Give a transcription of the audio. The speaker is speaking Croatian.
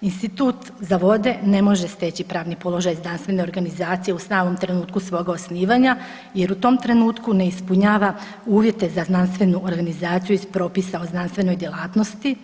institut za vode ne može steći pravni položaj znanstvene organizacije u samom trenutku svog osnivanja jer u tom trenutku ne ispunjava uvjete za znanstvenu organizaciju iz propisa o znanstvenoj djelatnosti.